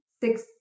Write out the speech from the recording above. six